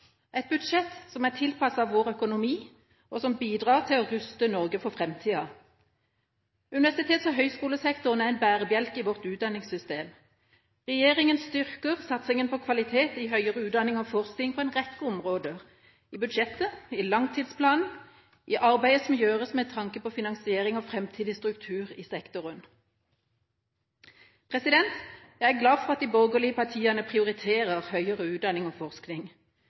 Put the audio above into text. et budsjett som er tilpasset vår økonomi, og som bidrar til å ruste Norge for framtida. Universitets- og høyskolesektoren er en bærebjelke i vårt utdanningssystem. Regjeringa styrker satsinga på kvalitet i høyere utdanning og forskning på en rekke områder: i budsjettet, i langtidsplanen, i arbeidet som gjøres med tanke på finansiering og framtidig struktur i sektoren. Jeg er glad for at de borgerlige partiene prioriterer høyere utdanning og forskning.